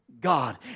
God